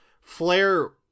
flair